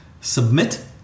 Submit